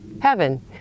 heaven